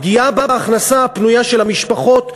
פגיעה בהכנסה הפנויה של המשפחות,